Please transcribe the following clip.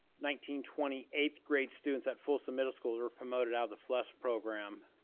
nineteen twenty eighth grade students at folsom middle school were promoted out of the flex program,